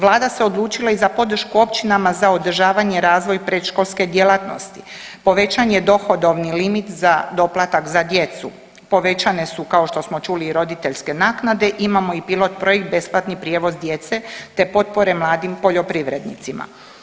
Vlada se odlučila i za podršku općinama za održavanje i razvoj predškolske djelatnosti, povećan je dohodovni limit za doplatak za djecu, povećane su kao što smo čuli i roditeljske naknade, imamo i pilot projekt besplatni prijevoz djece, te potpore mladim poljoprivrednicima.